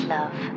Love